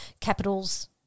Capitals